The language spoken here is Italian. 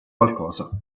qualcosa